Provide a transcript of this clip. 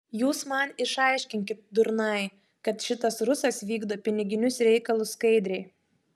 jūs man išaiškinkit durnai kad šitas rusas vykdo piniginius reikalus skaidriai